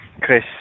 Chris